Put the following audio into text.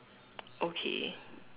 okay